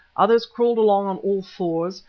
others crawled along on all fours,